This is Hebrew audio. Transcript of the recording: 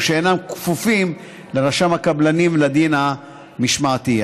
שאינם כפופים לרשם הקבלנים ולדין המשמעתי.